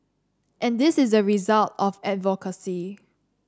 and this is a result of advocacy